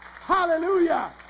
Hallelujah